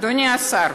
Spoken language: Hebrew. אדוני השר,